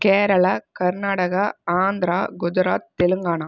Kerala Karnataka Andhra Gujarat Telangana